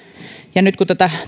ja nyt kun tätä